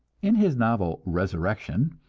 in his novel, resurrection,